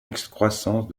excroissance